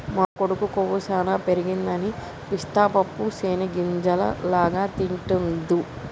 మా కొడుకు కొవ్వు సానా పెరగదని పిస్తా పప్పు చేనిగ్గింజల లాగా తింటిడు